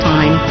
Time